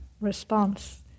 response